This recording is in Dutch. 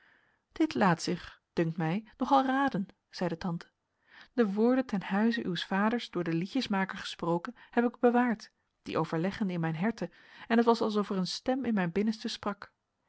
dit laat zich dunkt mij nogal raden zeide tante de woorden ten huize uws vaders door den liedjesmaker gesproken heb ik bewaard die overleggende in mijn herte en het was alsof er een stem in mijn binnenste sprak